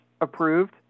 approved